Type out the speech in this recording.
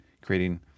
creating